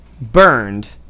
burned